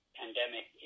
pandemic